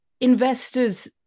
investors